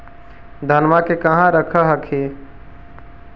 धनमा के कहा रख हखिन?